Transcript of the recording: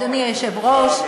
אדוני היושב-ראש,